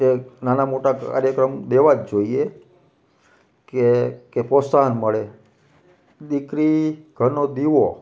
જે નાના મોટા કાર્યક્રમ દેવા જ જોઈએ કે કે પ્રોત્સાહન મળે દીકરી ઘરનો દીવો